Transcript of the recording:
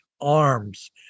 arms